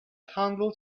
handle